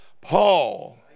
Paul